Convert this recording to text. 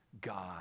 God